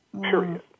period